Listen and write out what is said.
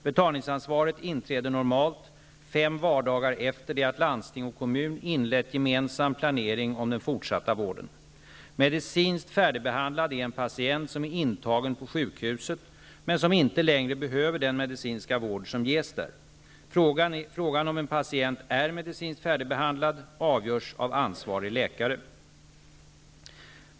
Betalningsansvaret inträder normalt fem vardagar efter det att landsting och kommun inlett gemensam planering om den fortsatta vården. Medicinskt färdigbehandlad är en patient som är intagen på sjukhuset men som inte längre behöver den medicinska vård som ges där. Frågan om en patient är medicinskt färdigbehandlad avgörs av ansvarig läkare.